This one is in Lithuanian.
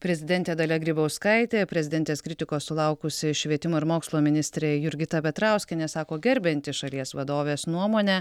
prezidentė dalia grybauskaitė prezidentės kritikos sulaukusi švietimo ir mokslo ministrė jurgita petrauskienė sako gerbianti šalies vadovės nuomonę